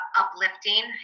uplifting